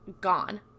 gone